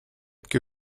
que